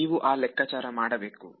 ನೀವು ಆ ಲೆಕ್ಕಾಚಾರ ಮಾಡಬೇಕು